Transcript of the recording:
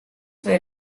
were